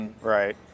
Right